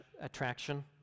attraction